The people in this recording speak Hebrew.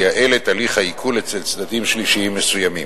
לייעל את הליך העיקול אצל צדדים שלישיים מסוימים.